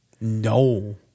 No